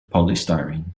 polystyrene